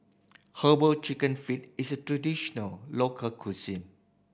Herbal Chicken Feet is a traditional local cuisine